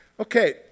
Okay